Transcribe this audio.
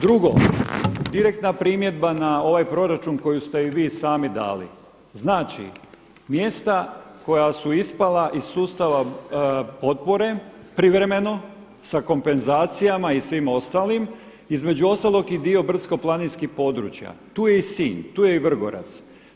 Drugo, direktna primjedba na ovaj proračun koju ste i vi sami dali, znači mjesta koja su ispala iz sustava potpore privremeno sa kompenzacijama i svim ostalim između ostalog je i dio brdsko-planinskih područja, tu je i Sinj, tu je i Vrgorac.